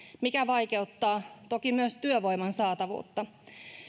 mikä vaikeuttaa toki myös työvoiman saatavuutta